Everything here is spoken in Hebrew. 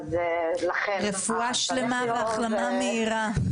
רפואה שלמה והחלמה מהירה.